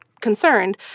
concerned